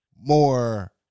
More